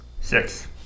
Six